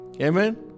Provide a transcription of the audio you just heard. amen